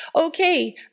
okay